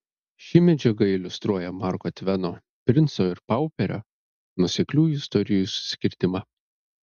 ši medžiaga iliustruoja marko tveno princo ir pauperio nuosekliųjų istorijų susikirtimą